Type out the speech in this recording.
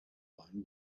wine